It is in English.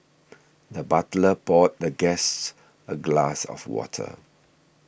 the butler poured the guests a glass of water